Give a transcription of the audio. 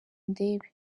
undebe